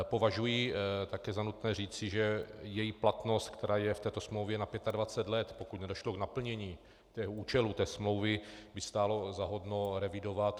Považuji také za nutné říci, že její platnost, která je v této smlouvě na 25 let, pokud nedošlo k naplnění účelů té smlouvy, by stálo za hodno revidovat.